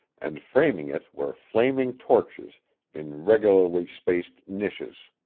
and framing it were flaming torches in regularly-spaced niches.